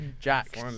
Jack